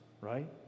right